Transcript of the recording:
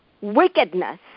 wickedness